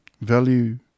value